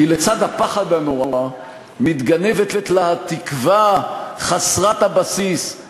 כי לצד הפחד הנורא מתגנבת לה התקווה חסרת הבסיס,